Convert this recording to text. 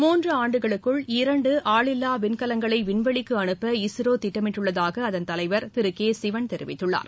மூன்று ஆண்டுகளுக்குள் இரண்டு ஆளில்லா விண்கலங்களை விண்வெளிக்கு அனுப்ப இஸ்ரோ திட்டமிட்டுள்ளதாக அதன் தலைவர் திரு கே சிவன் தெரிவித்துள்ளார்